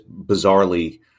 bizarrely